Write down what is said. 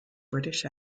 british